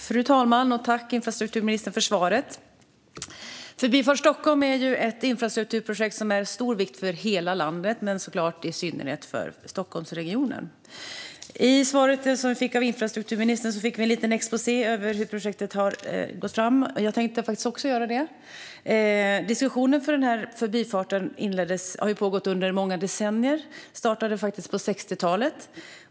Fru talman! Tack, infrastrukturministern, för svaret! Förbifart Stockholm är ett infrastrukturprojekt som är av stor vikt för hela landet men, såklart, i synnerhet för Stockholmsregionen. I svaret från infrastrukturministern fick vi en liten exposé över hur projektet har gått fram. Jag tänkte faktiskt också göra en sådan. Diskussionen om Förbifarten har pågått under många decennier. Den startade faktiskt på 60-talet.